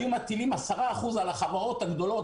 היו מטילים עשרה אחוזים על החברות הגדולות,